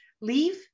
leave